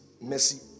mercy